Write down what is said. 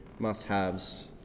must-haves